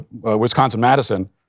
Wisconsin-Madison